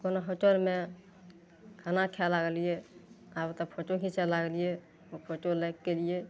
कोनो होटलमे खाना खाइ लगलियै ताबे तक फोटो खींचय लागलियै उ फोटो लएके अयलियै